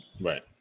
Right